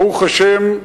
ברוך השם,